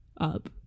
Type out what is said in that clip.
up